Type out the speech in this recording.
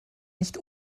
nicht